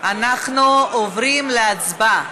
אנחנו עוברים להצבעה.